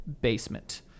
basement